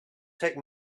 take